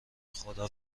خدا